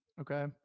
Okay